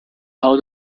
how